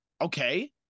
okay